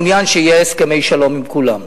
מעוניין שיהיו הסכמי שלום עם כולם,